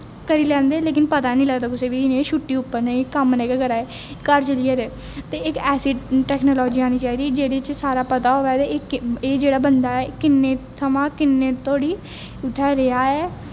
करी लैंदे लेकिन पता निं लगदा कुसै गी बी इ'नेंगी छुट्टी उप्पर न कम्म करा दे न जां घर चली गेदे ते इक ऐसी टैकनॉलजी आनी चाहिदी जेह्ड़े सारा पता होऐ ते इक एह् जेह्ड़ा बंदा ऐ किन्ने थमां किन्ने धोड़ी उत्थें रेहा ऐ